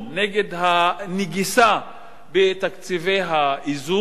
נגד הנגיסה בתקציבי האיזון,